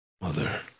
Mother